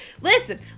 listen